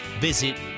visit